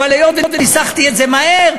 אבל היות שניסחתי את זה מהר,